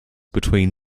between